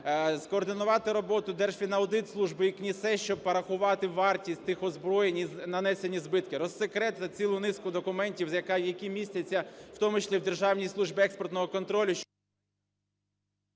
скоординувати роботу Держфінаудитслужби і КНДІСЕ, щоб порахувати вартість тих озброєнь і нанесені збитки, розсекретити цілу низку документів, які містяться в тому числі